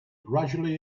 gradually